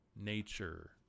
nature